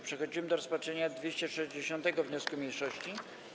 Przechodzimy do rozpatrzenia 260. wniosku mniejszości.